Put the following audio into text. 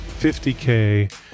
50k